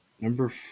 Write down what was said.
Number